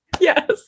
Yes